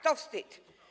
To wstyd.